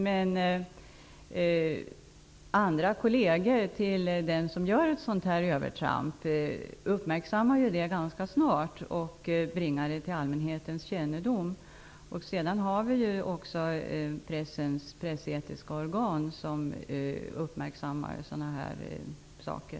Men kolleger till den som gör ett sådant övertramp uppmärksammar det ganska snart och bringar det till allmänhetens kännedom. Dessutom finns pressens pressetiska organ, som uppmärksammar sådana här saker.